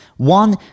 One